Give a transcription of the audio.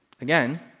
again